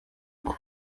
kuba